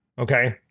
Okay